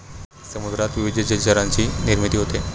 समुद्रात विविध जलचरांची निर्मिती होते